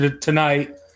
tonight